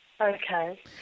Okay